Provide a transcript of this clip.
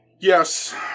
Yes